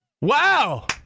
Wow